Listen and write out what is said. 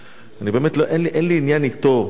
באמת אין לי עניין אתו אישית.